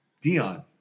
Dion